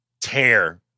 tear